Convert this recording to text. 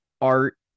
art